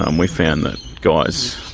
um we found that guys